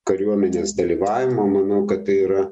kariuomenės dalyvavimo manau kad tai yra